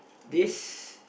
this